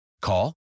Call